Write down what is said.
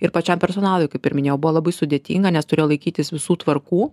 ir pačiam personalui kaip ir minėjau buvo labai sudėtinga nes turėjo laikytis visų tvarkų